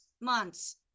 months